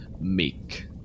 meek